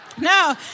no